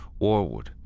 Warwood